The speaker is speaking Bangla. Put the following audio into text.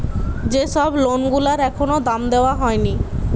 যে সব লোন গুলার এখনো দাম দেওয়া হয়নি